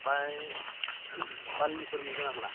आमफ्राय बार्लिफोर मोनगोनना मोना